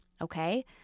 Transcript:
okay